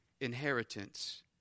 inheritance